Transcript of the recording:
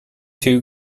two